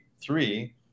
three